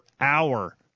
hour